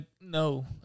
No